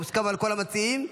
מוסכם על כל המציעים?